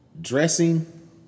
dressing